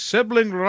Sibling